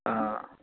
অঁ